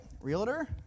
Realtor